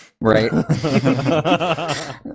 Right